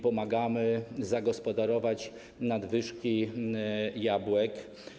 Pomagamy zagospodarować nadwyżki jabłek.